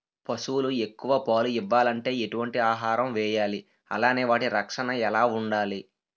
పశువులు ఎక్కువ పాలు ఇవ్వాలంటే ఎటు వంటి ఆహారం వేయాలి అలానే వాటి రక్షణ ఎలా వుండాలి?